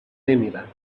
نمیرم